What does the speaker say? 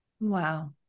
Wow